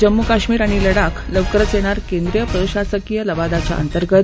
जम्मू काश्मीर आणि लडाख लवकरच यणिर केंद्रीय प्रशासकीय लवादाच्या अंतर्गत